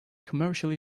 commercially